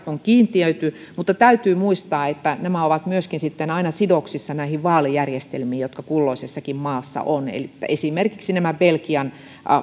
on kiintiöity mutta täytyy muistaa että nämä ovat aina sidoksissa näihin vaalijärjestelmiin jotka kulloisessakin maassa ovat esimerkiksi tämä belgian